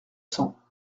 cents